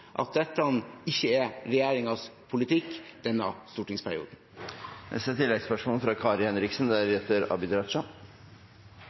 at dette ikke er regjeringens politikk denne stortingsperioden. Kari Henriksen